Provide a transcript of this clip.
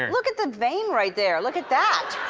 look at the vein right there. look at that.